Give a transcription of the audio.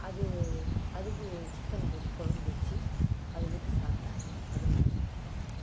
அது அதுக்கு சிக்கன் போட்டு குழம்பு வெச்சு அதை ஊற்றி சாப்பிட்டா அதிலும் நல்லாயிருக்கும்